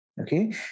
okay